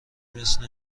مثل